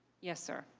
yes sir.